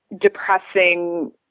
depressing